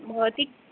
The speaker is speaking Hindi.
बहुत ही